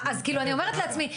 אז כאילו אני אומרת לעצמי,